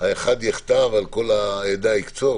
האחד יחטא, אבל על כל העדה תקצוף?